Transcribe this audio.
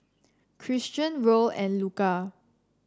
Christion Roll and Luka